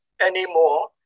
anymore